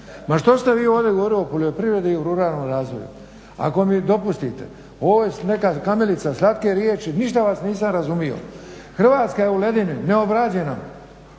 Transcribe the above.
Ma što ste vi ovdje govorili o poljoprivredi i ruralnom razvoju? Ako mi dopustite, ovo je neka kamilica, slatke riječi, ništa vas nisam razumio. Hrvatska je u ledini, neobrađena.